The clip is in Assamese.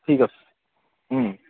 ঠিক আছে